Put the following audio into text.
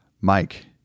Mike